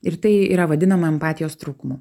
ir tai yra vadinama empatijos trūkumu